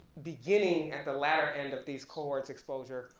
beginning at the latter end of these cohorts exposure.